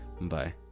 Bye